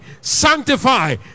sanctify